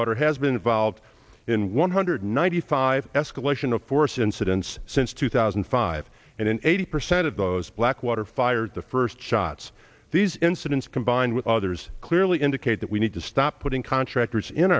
water has been involved in one hundred ninety five escalation of force incidents since two thousand and five and in eighty percent of those blackwater fired the first shots these incidents combined with others clearly indicate that we need stop putting contractors in